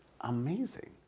amazing